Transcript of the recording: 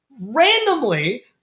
randomly